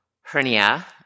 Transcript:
hernia